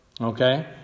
okay